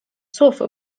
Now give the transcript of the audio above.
słów